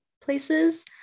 places